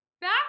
back